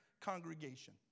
congregation